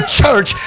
church